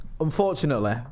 unfortunately